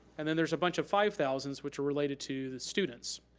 and then there's a bunch of five thousand s, which are related to the students.